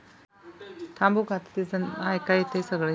संसर्गजन्य आजारांपासून प्राण्यांचे संरक्षण करण्यासाठीही लसीकरण केले जाते